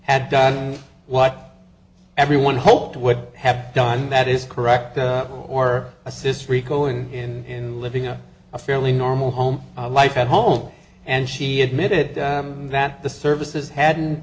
had done what everyone hoped would have done that is correct or assists rico in living in a fairly normal home life at home and she admitted that the services hadn't